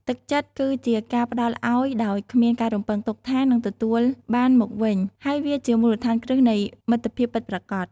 ទឹកចិត្តគឺជាការផ្តល់ឲ្យដោយគ្មានការរំពឹងថានឹងទទួលបានមកវិញ ហើយវាជាមូលដ្ឋានគ្រឹះនៃមិត្តភាពពិតប្រាកដ។